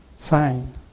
sign